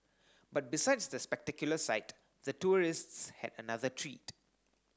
but besides the spectacular sight the tourists had another treat